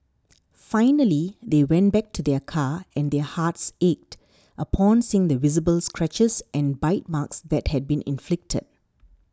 finally they went back to their car and their hearts ached upon seeing the visible scratches and bite marks that had been inflicted